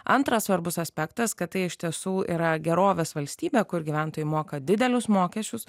antras svarbus aspektas kad tai iš tiesų yra gerovės valstybė kur gyventojai moka didelius mokesčius